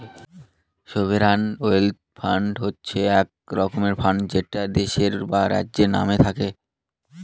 sovereign wealth fund হচ্ছে এক রকমের ফান্ড যেটা দেশের বা রাজ্যের নামে থাকে